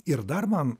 ir dar man